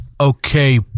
Okay